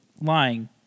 lying